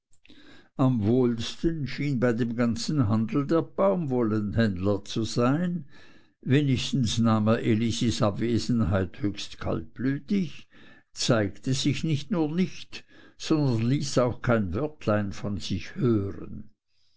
am wohlsten schien bei dem ganzen handel der baumwollenhändler zu sein wenigstens nahm er elisis abwesenheit höchst kaltblütig zeigte sich nicht nur nicht sondern ließ auch kein wörtlein von sich hören